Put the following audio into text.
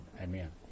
amen